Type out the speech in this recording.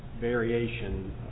variation